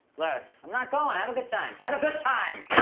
les. i'm not going, have a good time. have a good time.